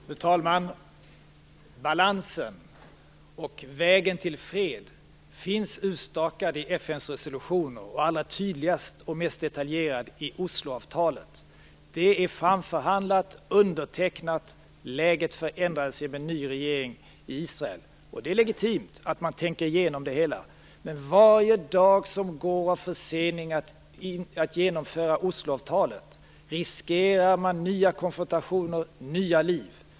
Fru talman! Balansen och vägen till fred finns utstakad i FN:s resolutioner och allra tydligast och mest detaljerat i Osloavtalet. Det är framförhandlat och undertecknat. Läget förändrades genom en ny regering i Israel. Det är legitimt att man tänker igenom det hela, men med varje dag som går av förseningar att genomföra Osloavtalet riskerar man nya konfrontationer och nya liv.